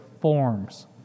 forms